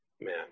man